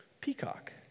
Peacock